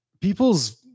people's